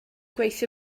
gweithio